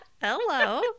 hello